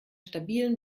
stabilen